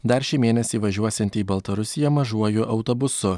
dar šį mėnesį važiuosianti į baltarusiją mažuoju autobusu